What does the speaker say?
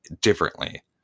differently